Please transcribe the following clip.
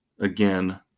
Again